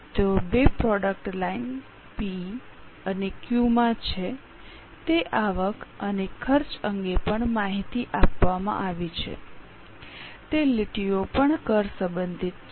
તેઓ બે product line P અને ક્યૂ માં છે તેની આવક અને ખર્ચ અંગે પણ માહિતી આપવામાં આવી છે તે લીટીઓ પણ કર સંબંધિત છે